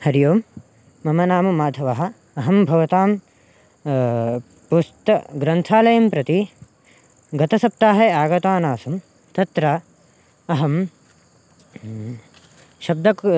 हरिः ओं मम नाम माधवः अहं भवतां पुस्त ग्रन्थालयं प्रति गतसप्ताहे आगतवानासं तत्र अहं शब्दक्